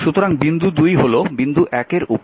সুতরাং বিন্দু 2 হল বিন্দু 1 এর উপরে 10 ভোল্ট